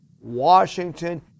Washington